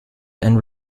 and